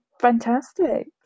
Fantastic